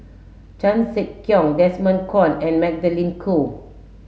Chan Sek Keong Desmond Kon and Magdalene Khoo